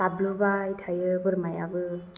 गाबलुबाय थायो बोरमायाबो